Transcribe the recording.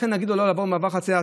לכן להגיד לו לא לעבור במעבר חציה?